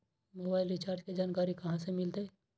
Mobile recharge के जानकारी कहा से मिलतै?